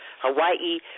Hawaii